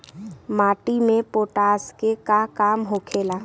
माटी में पोटाश के का काम होखेला?